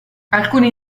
alcuni